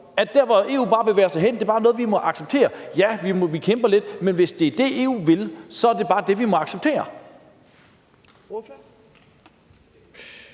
at den vej, EU bevæger sig hen ad, bare er noget, vi må acceptere – ja, vi kæmper lidt, men hvis det er det, EU vil, er det bare det, vi må acceptere?